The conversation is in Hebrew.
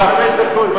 יש לי חמש דקות.